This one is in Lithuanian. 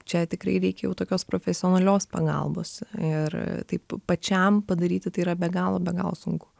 čia tikrai reikia jau tokios profesionalios pagalbos ir taip pačiam padaryti tai yra be galo be galo sunku